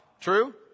True